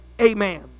amen